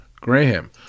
Graham